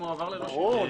ברור.